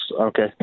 Okay